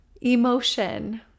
emotion